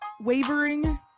wavering